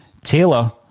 Taylor